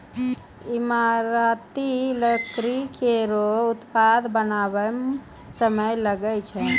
ईमारती लकड़ी केरो उत्पाद बनावै म समय लागै छै